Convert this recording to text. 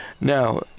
Now